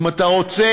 אם אתה רוצה,